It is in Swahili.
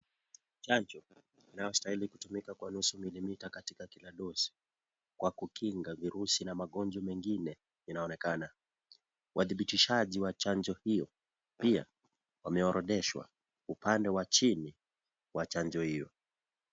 Chanjo, inayostahili kutumika kwa nusu milimita katika kila dosi , kwa kukinga virusi na magonjwa mengine inaonekana, uwadhibitishaji wa chanjo hio, pia wameorodheshwa upande wa chini wa chanjo hio.